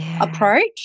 approach